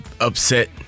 upset